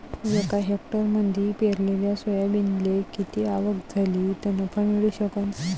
एका हेक्टरमंदी पेरलेल्या सोयाबीनले किती आवक झाली तं नफा मिळू शकन?